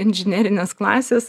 inžinerinės klasės